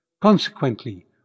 Consequently